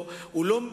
והוא גם